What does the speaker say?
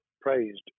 praised